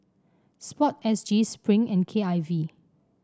sport S G Spring and K I V